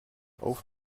auf